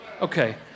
Okay